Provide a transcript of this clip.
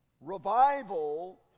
Revival